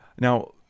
Now